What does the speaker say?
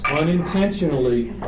unintentionally